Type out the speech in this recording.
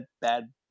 bad